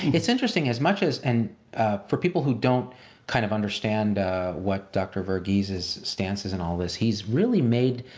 it's interesting as much as, and for people who don't kind of understand what dr. verghese's stance is in all this, he's really made,